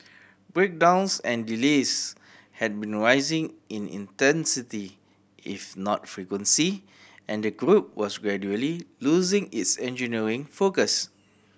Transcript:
breakdowns and delays had been rising in intensity if not frequency and the group was gradually losing its engineering focus